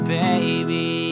baby